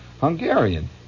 Hungarian